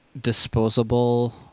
disposable